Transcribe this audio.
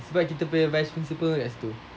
sebab kita punya vice principal kat situ